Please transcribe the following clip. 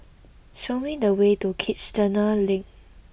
show me the way to Kiichener Link